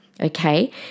Okay